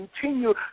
continue